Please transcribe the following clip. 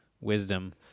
wisdom